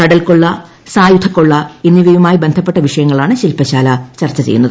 കടൽക്കൊളള സായുധകൊളള എന്നിവയുമായി ബന്ധപ്പെട്ട വിഷയങ്ങളാണ് ശിൽപശാല ചർച്ച ചെയ്യുന്നത്